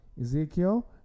Ezekiel